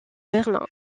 berlin